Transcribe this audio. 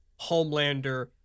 Homelander